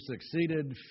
succeeded